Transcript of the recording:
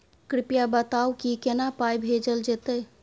कृपया बताऊ की केना पाई भेजल जेतै?